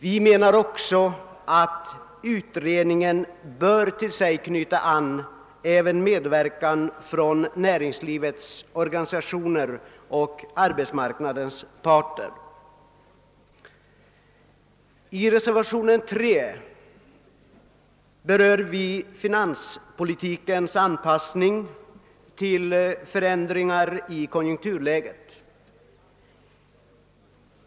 Vi anser vidare att utredningen bör tillförsäkra sig medverkan från näringslivets organisationer och arbetsmarknadens parter. I reservationen 3 berör vi finanspolitikens anpassning till förändringar i konjunkturläget.